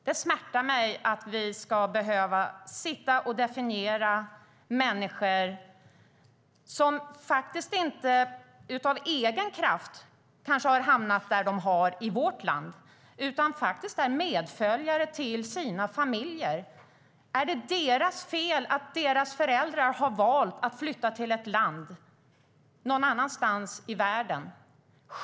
Det smärtar mig att vi ska behöva definiera människor som kanske inte av egen kraft har hamnat i vårt land utan faktiskt är medföljare till sina familjer. Är det deras fel att deras föräldrar har valt att flytta till ett land någon annanstans i världen?